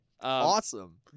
Awesome